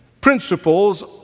principles